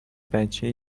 بچه